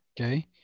Okay